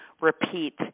repeat